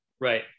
Right